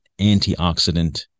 antioxidant